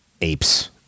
apes